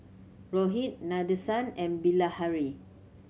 Rohit Nadesan and Bilahari